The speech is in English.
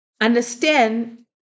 Understand